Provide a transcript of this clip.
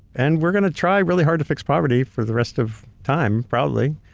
and we're gonna try really hard to fix poverty for the rest of time, probably.